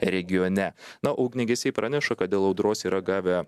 regione na ugniagesiai praneša kad dėl audros yra gavę